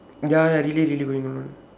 ya ya really really going alone